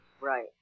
right